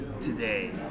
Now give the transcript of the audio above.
today